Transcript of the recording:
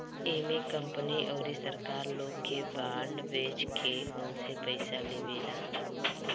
इमे कंपनी अउरी सरकार लोग के बांड बेच के उनसे पईसा लेवेला